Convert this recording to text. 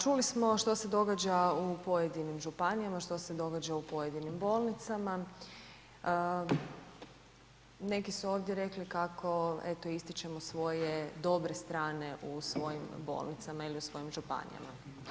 Čuli smo što se događa u pojedinim županijama, što se događa u pojedinim bolnicama, neki su ovdje rekli kako eto ističemo svoje dobre strane u svojim bolnicama ili u svojim županijama.